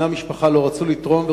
בני המשפחה לא רצו לתרום,